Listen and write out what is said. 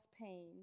pain